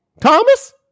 thomas